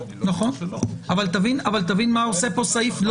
אבל תבין מה עושה פה הסעיף,